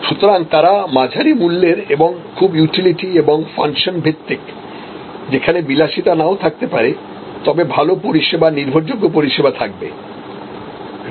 সুতরাং তারা মাঝারি মূল্যের এবং খুব ইউটিলিটি এবং ফাংশন ভিত্তিক যেখানে বিলাসিতা নাও থাকতে পারে তবে ভাল পরিষেবা নির্ভরযোগ্য পরিষেবা থাকবে